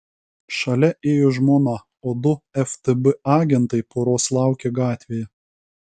šalia ėjo žmona o du ftb agentai poros laukė gatvėje